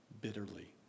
bitterly